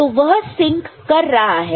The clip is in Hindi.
तो वह सिंक कर रहा है